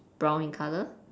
brown in colour